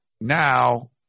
now